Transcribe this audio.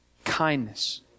Kindness